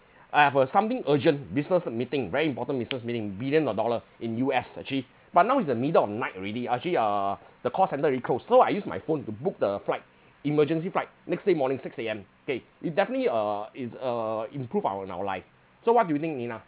I have a something urgent business meeting very important business meeting billions of dollars in U_S actually but now it's the middle of the night already actually uh the call centre already closed so I use my phone to book the flight emergency flight next day morning six A_M okay it's definitely uh it's uh improve our in our life so what do you think nina